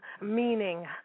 meaning